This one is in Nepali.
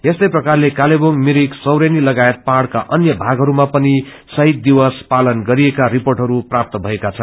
यस्तै प्रकारले कालेवुङ मिरिक सौरेनी लगायत पहाड़का अन्य भागहरूमा पनि शहीद दिवस पालन गरिएका रिपोेअहरू प्राप्त भएका छन्